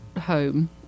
home